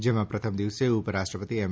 જેમાં પ્રથમ દિવસે ઉપરાષ્ટ્રપતિ એમ